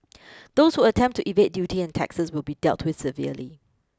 those who attempt to evade duty and taxes will be dealt with severely